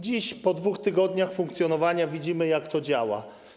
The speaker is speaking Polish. Dziś, po 2 tygodniach funkcjonowania, widzimy, jak to działa.